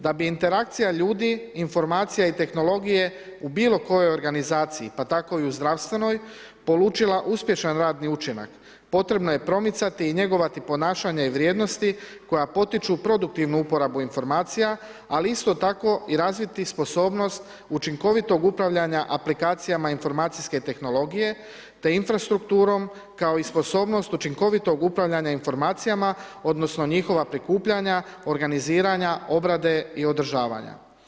Da bi interakcija ljudi, informacija i tehnologije u bilo kojoj organizaciji, pa tako i u zdravstvenoj, polučila uspješan radni učinak potrebno je promicati i njegovati ponašanja i vrijednosti koja potiču u produktivnu uporabu informacija, ali isto tako i razviti sposobnost učinkovitog upravljanja aplikacijama informacijske tehnologije te infrastrukturom, kao i sposobnost učinkovitog upravljanja informacijama, odnosno njihova prikupljanja, organiziranja, obrade i održavanja.